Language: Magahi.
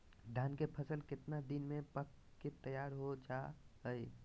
धान के फसल कितना दिन में पक के तैयार हो जा हाय?